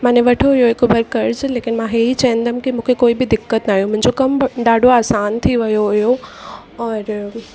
मञी वठो हुओ हिकु बार कर्ज़ लेकिनि मां इहो ई चवंदमि कि मूंखे कोई बि दिक़त नाहे मुंहिंजो कम बि ॾाढो आसानु थी वियो हुओ और